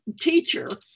teacher